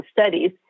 studies